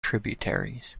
tributaries